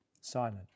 silent